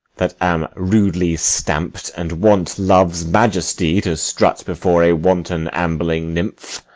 that am rudely stamp'd, and want love's majesty to strut before a wanton ambling nymph